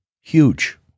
Huge